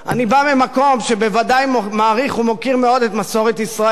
אני בא ממקום שבוודאי מעריך ומוקיר מאוד את מסורת ישראל.